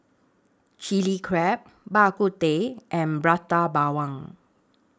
Chilli Crab Bak Kut Teh and Prata Bawang